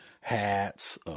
hats